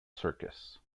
circus